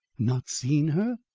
not seen her?